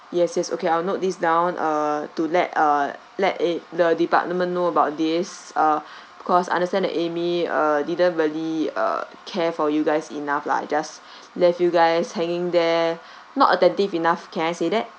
yes yes okay I'll note this down uh to let uh let a the department know about this uh because understand that amy uh didn't really uh care for you guys enough lah just left you guys hanging there not attentive enough can I say that